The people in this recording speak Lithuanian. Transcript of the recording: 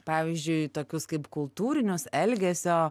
pavyzdžiui tokius kaip kultūrinius elgesio